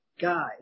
guy